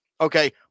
Okay